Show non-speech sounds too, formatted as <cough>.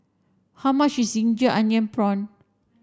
how much is ginger onion <unintelligible>